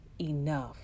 enough